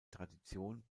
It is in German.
tradition